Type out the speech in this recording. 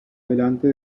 delante